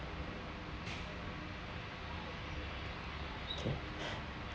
K